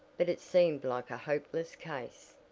but it seemed like a hopeless case.